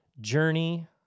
Journey